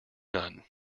none